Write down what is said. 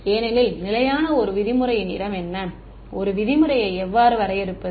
ஏனெனில் நிலையான 1 விதிமுறையின் இடம் என்ன 1 விதிமுறையை எவ்வாறு வரையறுப்பது